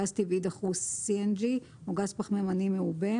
גז טבעי דחוס (CNG) או גז פחממני מעובה